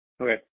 Okay